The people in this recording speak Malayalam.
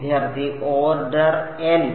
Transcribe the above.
വിദ്യാർത്ഥി ഓർഡർ എൻ